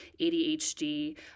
adhd